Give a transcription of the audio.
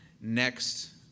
next